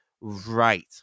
right